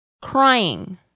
crying